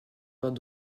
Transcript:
pas